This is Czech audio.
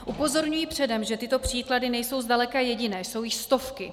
Upozorňuji předem, že tyto příklady nejsou zdaleka jediné, jsou jich stovky.